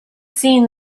seen